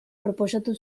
proposatu